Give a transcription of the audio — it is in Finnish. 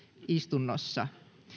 istunnossa